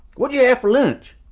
what did you have for lunch?